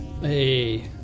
Hey